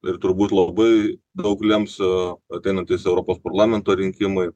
ir turbūt labai daug lems a ateinantys europos parlamento rinkimai